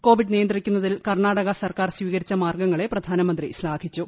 Covid നിയന്ത്രിക്കുന്നതിൽ കർണ്ണാടക സർക്കാർ സ്വീകരിച്ച മാർഗ്ഗങ്ങളെ പ്രധാനമന്ത്രി ശ്ലാഘിച്ചു